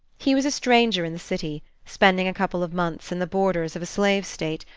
he was a stranger in the city spending a couple of months in the borders of a slave state,